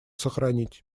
сохранить